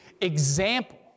example